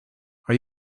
are